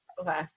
Okay